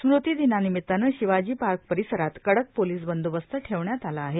स्मृतिदिनानिमित्तानं शिवाजीपार्क परिसरात कडक पोलीस बंदोबस्त ठेवण्यात आला आहे